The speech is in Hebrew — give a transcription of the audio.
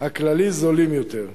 הכללי זולים יותר.